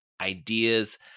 ideas